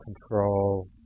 control